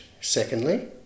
secondly